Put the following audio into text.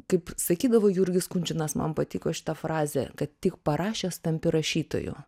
kaip sakydavo jurgis kunčinas man patiko šita frazė kad tik parašęs tampi rašytoju